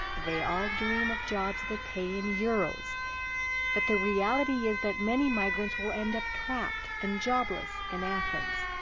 they all dream of jobs that pay in euros but the reality is that many migrants will end up trapped and jobless in athens.